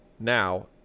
now